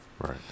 Right